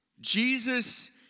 Jesus